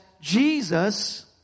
Jesus